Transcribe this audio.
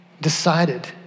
decided